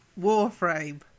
Warframe